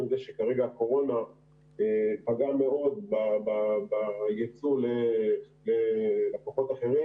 זה שכרגע הקורונה פגעה מאוד בייצוא ללקוחות אחרים,